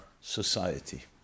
society